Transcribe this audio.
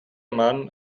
mann